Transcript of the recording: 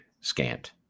scant